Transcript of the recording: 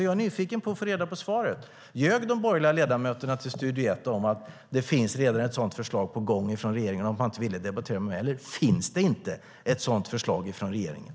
Jag är nyfiken på att få reda på svaret: Ljög de borgerliga ledamöterna för Studio Ett om att det redan finns ett sådant förslag på gång från regeringen och att man inte ville debattera med mig? Eller finns det inte ett sådant förslag från regeringen?